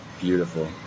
Beautiful